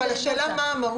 אבל השאלה היא מה המהות.